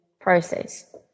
process